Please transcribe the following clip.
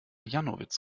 janowitz